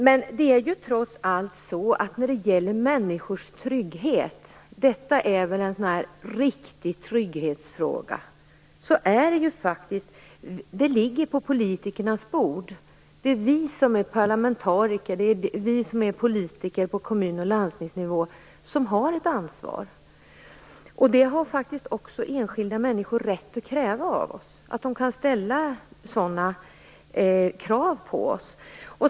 När det gäller människors trygghet kan man väl trots allt säga att detta är en riktig trygghetsfråga. Det här ligger på politikernas bord. Vi parlamentariker och politiker på kommun och landstingsnivå har ett ansvar här. Enskilda människor har faktiskt rätt att ställa sådana krav på oss.